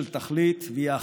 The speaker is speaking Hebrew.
ויהדות של תכלית, והיא אחת: